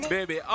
Baby